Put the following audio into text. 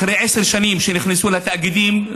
עשר שנים אחרי שנכנסו לתאגידים,